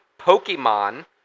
Pokemon